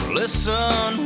listen